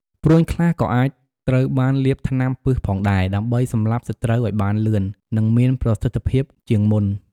ព្រួញខ្លះក៏អាចត្រូវបានលាបថ្នាំពិសផងដែរ ដើម្បីសម្លាប់សត្រូវឱ្យបានលឿន និងមានប្រសិទ្ធភាពជាងមុន។